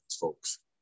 folks